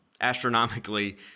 astronomically